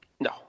No